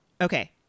Okay